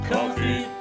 Coffee